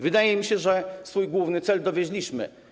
Wydaje mi się, że swój główny cel dowieźliśmy.